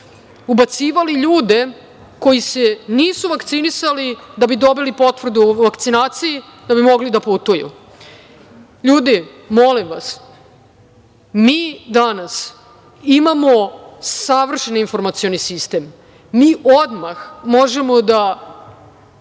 ubacivali ljude koji se nisu vakcinisali, da bi dobili potvrdu o vakcinaciji, da bi mogli da putuju. Ljudi, molim vas, mi danas imamo savršen informacioni sistem, mi odmah možemo da